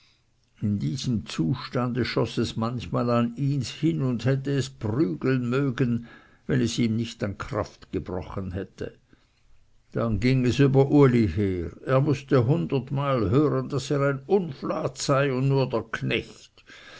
in diesem zustande schoß es manchmal an ihns hin und hätte es prügeln mögen wenn es ihm nicht an kraft gebrochen hätte dann ging es über uli her er mußte hundertmal hören daß er ein unflat sei und nur der knecht